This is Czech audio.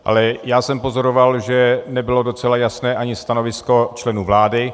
Ale já jsem pozoroval, že nebylo docela jasné ani stanovisko členů vlády.